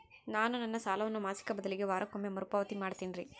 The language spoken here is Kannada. ನಾನು ನನ್ನ ಸಾಲವನ್ನು ಮಾಸಿಕ ಬದಲಿಗೆ ವಾರಕ್ಕೊಮ್ಮೆ ಮರುಪಾವತಿ ಮಾಡ್ತಿನ್ರಿ